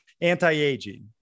anti-aging